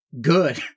good